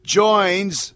joins